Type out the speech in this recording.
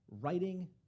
writing